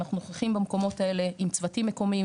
אנחנו נוכחים במקומות האלה עם צוותים מקומיים,